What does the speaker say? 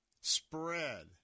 spread